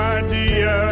idea